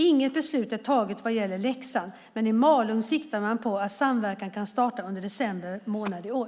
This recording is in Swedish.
Inget beslut är taget vad gäller Leksand, men i Malung siktar man på att samverkan kan starta under december månad i år.